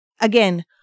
Again